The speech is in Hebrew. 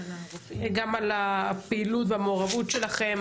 גם על הפעילות והמעורבות שלכם,